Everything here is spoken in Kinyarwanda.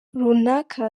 runaka